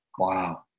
Wow